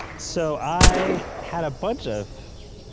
so, i had a bunch of,